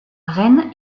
rennes